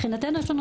מבחינתנו יש לנו,